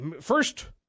first